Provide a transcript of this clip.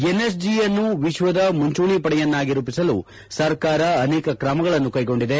NSG ಅನ್ನು ವಿಶ್ವದ ಮುಂಚೂಣಿ ಪಡೆಯನ್ನಾಗಿ ರೂಪಿಸಲು ಸರ್ಕಾರ ಅನೇಕ ಕ್ರಮಗಳನ್ನು ಕೈಗೊಂಡಿದೆ